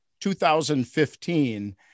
2015